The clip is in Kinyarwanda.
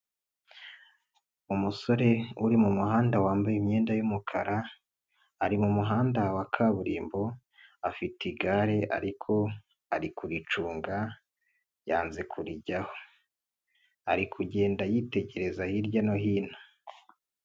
Umusore uri mu muhanda wambaye imyenda y'umukara, ari mumuhanda wa kaburimbo, afite igare ariko ari kucunga, yanze kurijyaho. Ari kugenda yitegereza hirya no hino.